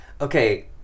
Okay